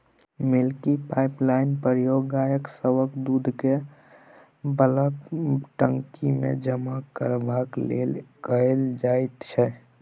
milking पाइपलाइनक प्रयोग गाय सभक दूधकेँ बल्कक टंकीमे जमा करबाक लेल कएल जाइत छै